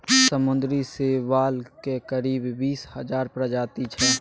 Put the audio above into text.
समुद्री शैवालक करीब बीस हजार प्रजाति छै